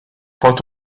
port